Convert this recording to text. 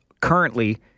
currently